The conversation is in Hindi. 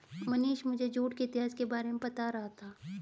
मनीष मुझे जूट के इतिहास के बारे में बता रहा था